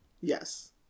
Yes